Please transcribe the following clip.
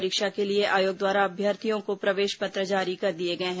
परीक्षा के लिए आयोग द्वारा अभ्यर्थियों को प्रवेश पत्र जारी कर दिए गए हैं